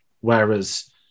whereas